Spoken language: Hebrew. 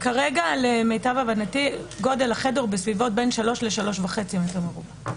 כרגע למיטב הבנתי גודל החדר הוא בין 3 מ"ר ל-3.5 מ"ר.